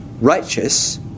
righteous